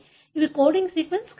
ఇవి coding sequence కాదు